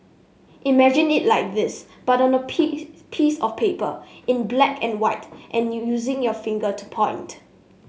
imagine it like this but on a piece of paper in black and white and using your finger to point